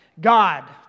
God